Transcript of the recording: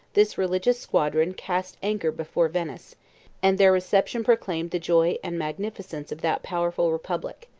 this religious squadron cast anchor before venice and their reception proclaimed the joy and magnificence of that powerful republic.